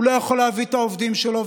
הוא לא יכול להביא את העובדים שלו.